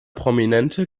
prominente